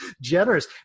generous